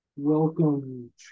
Welcome